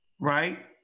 right